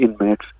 inmates